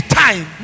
time